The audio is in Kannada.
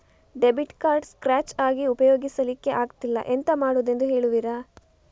ಡೆಬಿಟ್ ಕಾರ್ಡ್ ಸ್ಕ್ರಾಚ್ ಆಗಿ ಉಪಯೋಗಿಸಲ್ಲಿಕ್ಕೆ ಆಗ್ತಿಲ್ಲ, ಎಂತ ಮಾಡುದೆಂದು ಹೇಳುವಿರಾ?